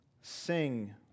Sing